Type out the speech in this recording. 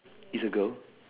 is a girl